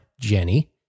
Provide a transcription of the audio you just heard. Jenny